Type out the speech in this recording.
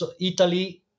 Italy